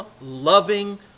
loving